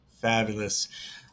fabulous